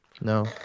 No